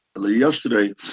Yesterday